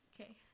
okay